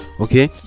okay